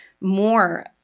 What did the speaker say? more